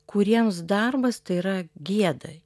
kuriems darbas tai yra gėda